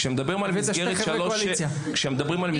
כשמדברים על מסגרת שלוש עד שש,